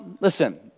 listen